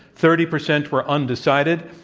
thirty percent were undecided.